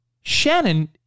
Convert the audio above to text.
Shannon